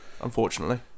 Unfortunately